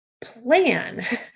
plan